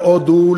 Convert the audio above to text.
להודו,